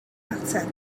ateb